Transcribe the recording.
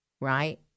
Right